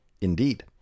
Indeed